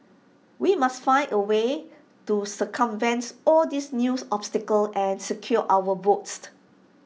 we must find A way to circumvent all these new obstacles and secure our votes